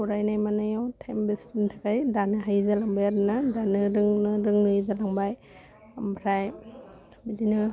फरायनाय मानायाव टाइम बेस्टनि थाखाय दानो हायि जालांबाय आरोना दानो रोंनो रोङै जालांबाय आमफ्राय बिदिनो